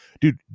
dude